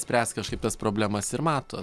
spręst kažkaip tas problemas ir mato